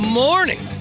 morning